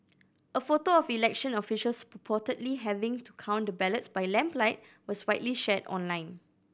a photo of election officials purportedly having to count the ballots by lamplight was widely shared online